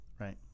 Right